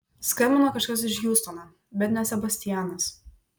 skambino kažkas iš hjustono bet ne sebastianas